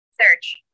Search